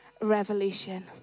revolution